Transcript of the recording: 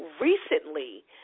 recently